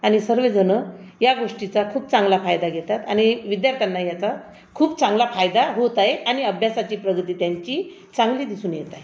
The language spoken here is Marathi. आणि सर्वजण या गोष्टीचा खूप चांगला फायदा घेतात आणि विद्यार्थ्यांना याचा खूप चांगला फायदा होत आहे आणि अभ्यासाची प्रगती त्यांची चांगली दिसून येत आहे